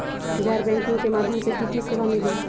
गैर बैंकिंग के माध्यम से की की सेवा मिली?